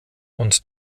und